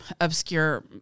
obscure